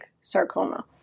sarcoma